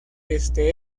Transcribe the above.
este